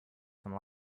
some